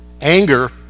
Anger